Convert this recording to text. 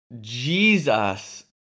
Jesus